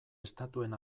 estatuen